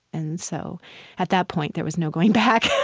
and so at that point, there was no going back.